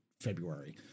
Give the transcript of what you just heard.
February